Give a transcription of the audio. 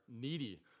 needy